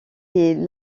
les